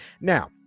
Now